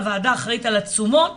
הוועדה האחראית על התשומות